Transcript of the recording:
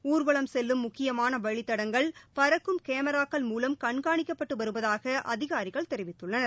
ஊர்வலம் செல்லும் முக்கியமான வழித்தடங்கள் பறக்கும் கேமராக்கள் மூலம் கண்காணிக்கப்பட்டு வருவதாக அதிகாரிகள் தெரிவித்துள்ளனர்